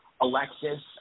Alexis